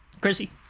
Chrissy